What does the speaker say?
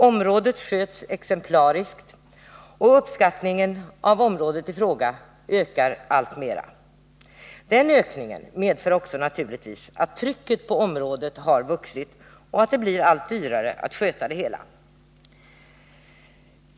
Området sköts exemplariskt, och uppskattningen av området i fråga ökar alltmera. Den ökningen medför naturligtvis också att trycket på området har vuxit och att det blir allt dyrare att sköta det hela.